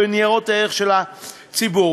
בניירות הערך של הציבור.